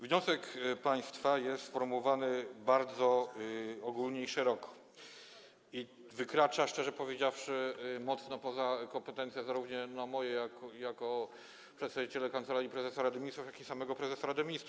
Wniosek państwa jest sformułowany bardzo ogólnie i szeroko i wykracza, szczerze powiedziawszy, mocno poza kompetencje zarówno moje jako przedstawiciela Kancelarii Prezesa Rady Ministrów, jak i samego prezesa Rady Ministrów.